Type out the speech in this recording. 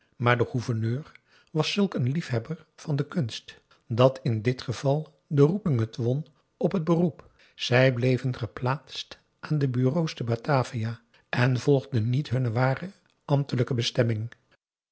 maar de gouverneur was zulk een liefhebber van de kunst dat in dit geval de roeping het won op het beroep zij bleven geplaatst aan de bureaux te batavia en volgden niet hun ware ambtelijke bestemming